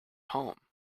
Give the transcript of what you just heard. home